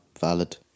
valid